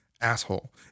asshole